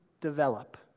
develop